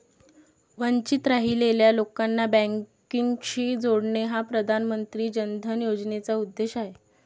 वंचित राहिलेल्या लोकांना बँकिंगशी जोडणे हा प्रधानमंत्री जन धन योजनेचा उद्देश आहे